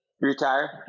Retire